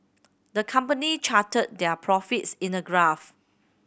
the company charted their profits in a graph